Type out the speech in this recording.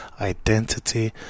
identity